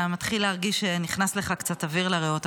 אתה מרגיש שנכנס לך קצת אוויר לריאות.